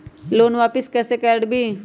Loan वापसी कैसे करबी?